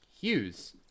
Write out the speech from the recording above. Hughes